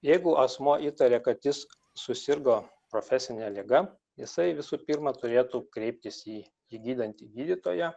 jeigu asmuo įtarė kad jis susirgo profesine liga jisai visų pirma turėtų kreiptis į jį gydantį gydytoją